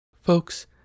Folks